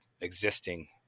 existing